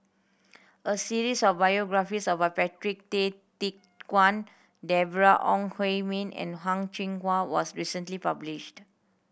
a series of biographies about Patrick Tay Teck Guan Deborah Ong Hui Min and Hang Chang Chieh was recently published